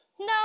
No